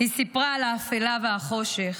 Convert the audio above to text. היא סיפרה על האפלה והחושך,